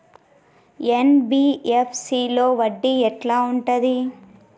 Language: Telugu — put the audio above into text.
ఎన్.బి.ఎఫ్.సి లో వడ్డీ ఎట్లా ఉంటది?